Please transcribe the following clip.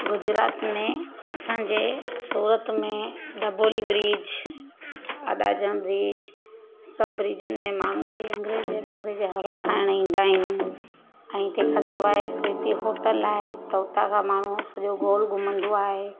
गुजरात में असांजे सूरत में दाभोली ब्रिज आदम ब्रिज सभु ब्रिजनि में माण्हू भई अंग्रेज बंग्रेज हवा खाइण ईंदा आहिनि ऐं तंहिं खां सवाइ प्रीती होटल आहे त उतां खां माण्हू सॼो गोल घुमंदो आहे